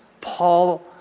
Paul